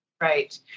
Right